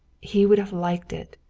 he would have liked it.